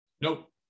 Nope